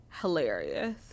hilarious